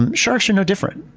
and sharks are no different.